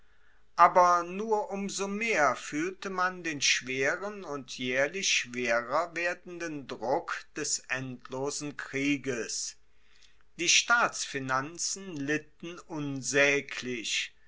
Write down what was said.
aber nur um so mehr fuehlte man den schweren und jaehrlich schwerer werdenden druck des endlosen krieges die staatsfinanzen litten unsaeglich